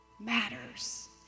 matters